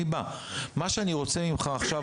אני רוצה לבקש ממך שעכשיו,